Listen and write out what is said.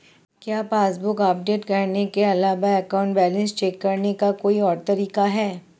क्या passbook update करने के अलावा अकाउंट बैलेंस चेक करने का कोई और तरीका है?